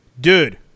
dude